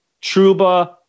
Truba